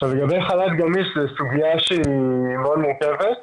לגבי חל"ת גמיש, זו סוגיה שהיא מאוד מורכבת.